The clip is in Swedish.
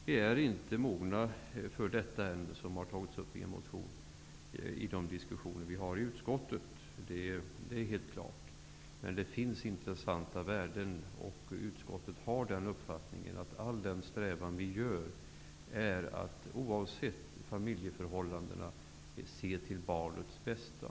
Men vi är ännu inte mogna för familjedomstolar -- ett krav som har tagits upp i en motion -- enligt diskussionerna i utskottet. Det är helt klart. Men det finns intressanta inslag. Utskottets strävan är att oavsett familjeförhållandena se till barnets bästa.